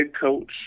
coach